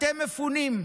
אתם מפונים,